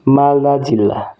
मालदा जिल्ला